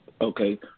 Okay